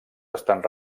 estan